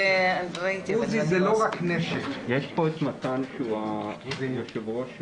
להבהיר שמבחינת בית החולים